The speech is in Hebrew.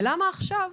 ולמה עכשיו,